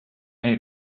and